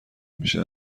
میشه